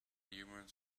humans